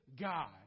God